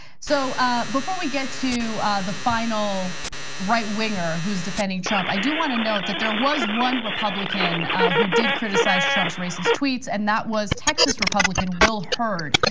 so ah before we get to the final right winger who is defending trump. i do want to note that there was one republican who did criticize trump's racist tweets and that was texas republican, will hurt,